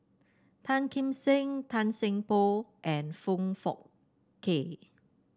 Tan Kim Seng Tan Seng Poh and Foong Fook Kay